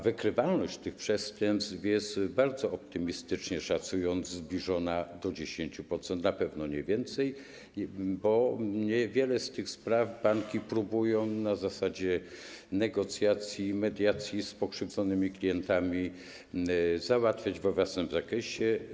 Wykrywalność tych przestępstw jest, bardzo optymistycznie szacując, zbliżona do 10%, na pewno nie więcej, bo wiele z tych spraw banki próbują na zasadzie negocjacji, mediacji z pokrzywdzonymi klientami załatwiać we własnym zakresie.